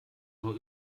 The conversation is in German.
nur